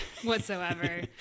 whatsoever